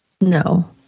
No